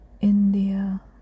India